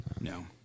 No